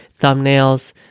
thumbnails